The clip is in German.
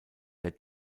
der